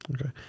Okay